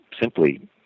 simply